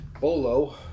Bolo